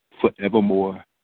forevermore